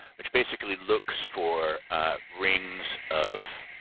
which basically looks for rings of,